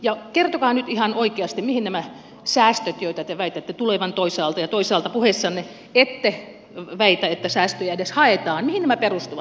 ja kertokaa nyt ihan oikeasti mihin nämä säästöt joita te toisaalta väitätte tulevan ja toisaalta puheessanne ette väitä että edes haetaan mihin nämä perustuvat